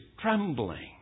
trembling